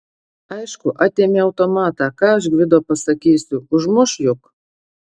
aišku atėmė automatą ką aš gvido pasakysiu užmuš juk